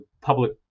public